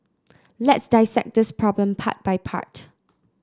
let's dissect this problem part by part